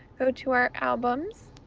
go to our albums,